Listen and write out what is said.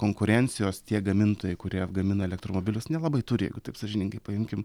konkurencijos tie gamintojai kurie gamina elektromobilius nelabai turi taip sąžiningai paimkim